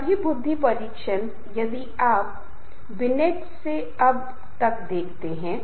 बड़े समूह प्रक्रियाओं पर निर्णय लेकर समय बर्बाद कर सकते हैं और यह तय करने की कोशिश करते हैं कि आगे किसे भाग लेना चाहिए